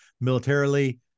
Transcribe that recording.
militarily